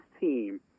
team